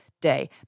day